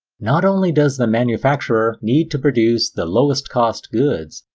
not only does the manufacturer need to produce the lowest cost goods,